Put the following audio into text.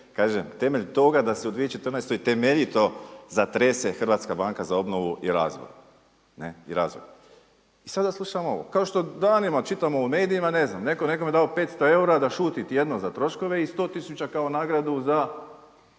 kažem temelj toga da se u 2014. temeljito zatrese Hrvatska banka za obnovu i razvoj. I sada slušamo ovo, kao što danima čitamo u medijima, ne znam, neko je nekome dao petsto eura da šuti tjedno za troškove i sto tisuća kao nagradu za